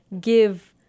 give